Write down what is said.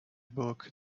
book